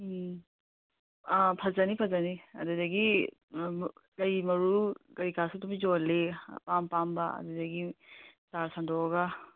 ꯎꯝ ꯑꯥ ꯐꯖꯅꯤ ꯐꯖꯅꯤ ꯑꯗꯨꯗꯒꯤ ꯂꯩ ꯃꯔꯨ ꯀꯩꯀꯥꯁꯨ ꯑꯗꯨꯝ ꯌꯣꯜꯂꯤ ꯑꯄꯥꯝ ꯑꯄꯥꯝꯕ ꯑꯗꯨꯗꯒꯤ ꯆꯥꯔꯥ ꯁꯟꯗꯣꯛꯑꯒ